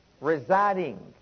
residing